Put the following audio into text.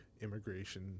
immigration